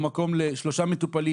התורים הם רק הסימפטום.